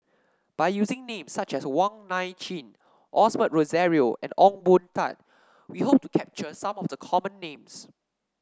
by using names such as Wong Nai Chin Osbert Rozario and Ong Boon Tat we hope to capture some of the common names